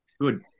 Good